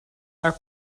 are